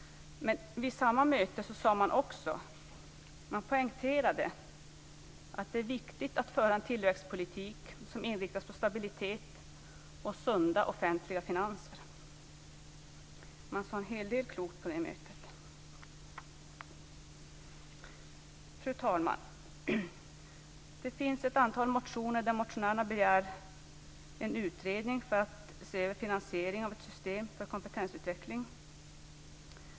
Vid samma möte poängterade man också att det är viktigt att föra en tillväxtpolitik som inriktas på stabilitet och sunda offentliga finanser. Man sade en hel del klokt på det mötet. Fru talman! Det finns ett antal motioner där motionärerna begär en utredning för att se över finansieringen av ett system för kompetensutveckling.